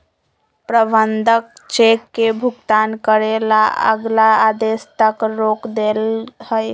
प्रबंधक चेक के भुगतान करे ला अगला आदेश तक रोक देलई ह